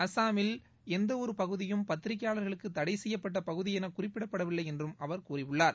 அசாமில் எந்தவொரு பகுதியும் பத்திரிகையாளர்களுக்கு தடை செய்யப்பட்ட பகுதி என குறிப்பிடப்படவில்லை என்று அவர் கூறியுள்ளார்